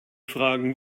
fragen